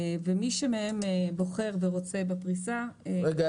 ומי שמהם בוחר ורוצה בפריסה --- רגע,